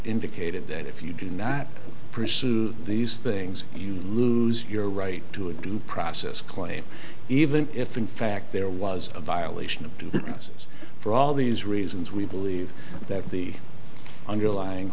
indicated that if you do not pursue these things you lose your right to it due process claim even if in fact there was a violation of due process for all these reasons we believe that the underlying